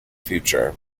future